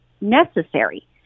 necessary